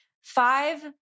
five